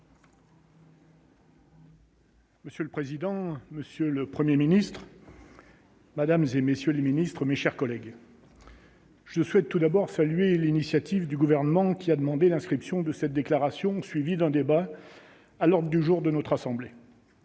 Monsieur le président, Monsieur le 1er ministre. Madame et messieurs les ministres, mes chers collègues. Je souhaite tout d'abord saluer l'initiative du gouvernement qui a demandé l'inscription de cette déclaration suivie d'un débat à l'ordre du jour de notre assemblée.